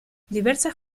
diversas